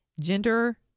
Gender